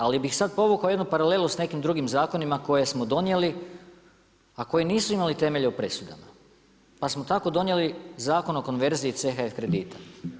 Ali bih sada povukao jednu paralelu sa nekim drugim zakonima koje smo donijeli, a koji nisu imali temelje u presudama, pa smo tako donijeli Zakon o konverziji CHF kredita.